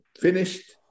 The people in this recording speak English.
finished